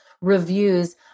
reviews